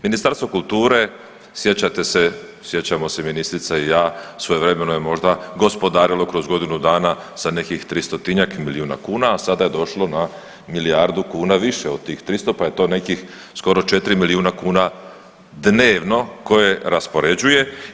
Ministarstvo kulture sjećate se, sjećamo se ministrica i ja svojevremeno je možda gospodarilo kroz godinu dana sa nekih 300-njak milijuna kuna, a sada je došlo na milijardu kuna više od tih 300 pa je to nekih skoro 4 milijuna kuna dnevnog koje raspoređuje.